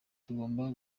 tugomba